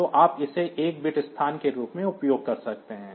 तो आप इसे 1 बिट स्थान के रूप में उपयोग कर सकते हैं